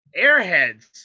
Airheads